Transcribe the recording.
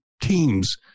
team's